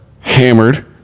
hammered